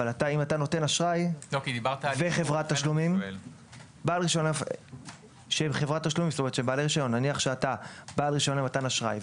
אבל אם אתה בעל רישיון למתן אשראי,